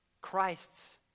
Christ's